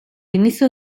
inicio